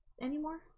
anymore